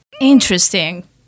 Interesting